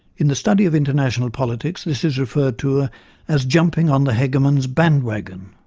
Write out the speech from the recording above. in the study of international politics, this is referred to ah as jumping on the hegemon's bandwagon.